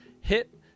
hit